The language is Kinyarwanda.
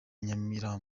nyamirambo